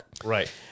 Right